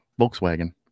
Volkswagen